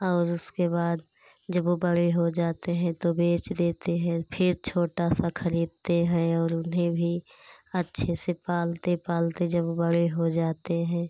और उसके बाद जब वह बड़े हो जाते हैं तो बेच देते हैं फिर छोटा सा खरीदते हैं और उन्हें भी अच्छे से पालते पालते जब वह बड़े हो जाते हैं